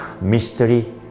mystery